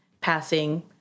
passing